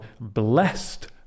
blessed